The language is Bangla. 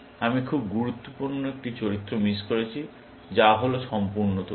আমি খুব গুরুত্বপূর্ণ একটি চরিত্র মিস করেছি যা হল সম্পূর্ণ তথ্য